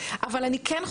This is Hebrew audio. אני לא